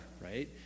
right